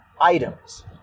items